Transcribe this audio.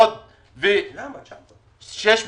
למה 900 מיליון?